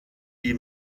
die